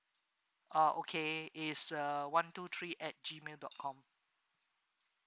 ah okay it's uh one two three at G mail dot com